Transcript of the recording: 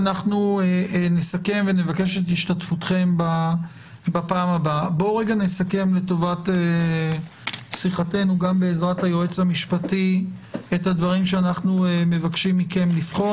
נסכם גם בעזרת היועץ המשפטי את הדברים שאנחנו מבקשים מנכם לבחון